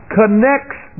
connects